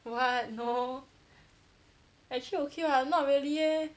what no actually okay [what] not really eh